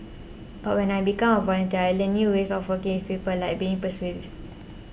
but when I became a volunteer I learnt new ways of working with people like being persuasive